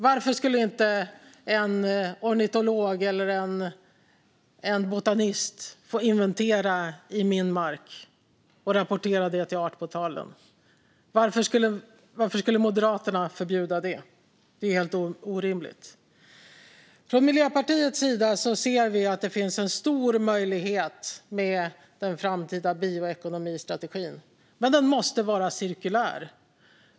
Varför ska inte en ornitolog eller botanist få inventera på min mark och rapportera det till Artportalen? Varför skulle Moderaterna förbjuda det? Det är helt orimligt. Miljöpartiet ser att det finns en stor möjlighet med den framtida bioekonomistrategin. Men den måste vara cirkulär.